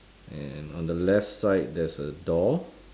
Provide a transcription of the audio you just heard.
and on the left side there's a door